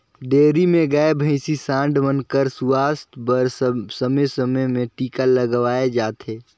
dairy में गाय, भइसी, सांड मन कर सुवास्थ बर समे समे में टीका लगवाए जाथे